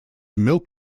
milk